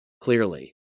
clearly